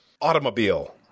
Automobile